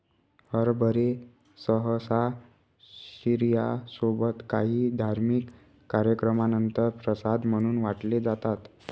हरभरे सहसा शिर्या सोबत काही धार्मिक कार्यक्रमानंतर प्रसाद म्हणून वाटले जातात